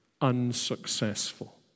unsuccessful